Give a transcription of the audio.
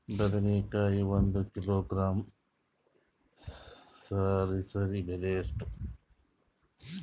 ಬದನೆಕಾಯಿ ಒಂದು ಕಿಲೋಗ್ರಾಂ ಸರಾಸರಿ ಬೆಲೆ ಎಷ್ಟು?